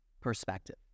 perspective